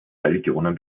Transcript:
religionen